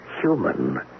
human